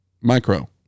micro